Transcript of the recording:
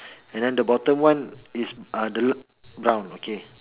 and then the bottom one is uh the brown okay